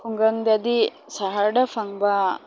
ꯈꯨꯡꯒꯪꯗꯗꯤ ꯁꯍꯔꯗ ꯐꯪꯕ